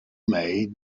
made